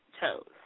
toes